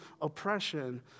oppression